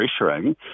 pressuring